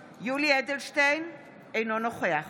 אדלשטיין, אינו נוכח